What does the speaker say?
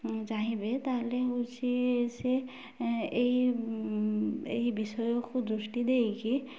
ଚାହିଁବେ ତା'ହେଲେ ହଉଛି ସେ ଏଇ ଏହି ବିଷୟକୁ ଦୃଷ୍ଟି ଦେଇକି